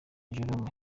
jerome